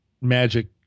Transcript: magic